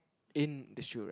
in the shoe rack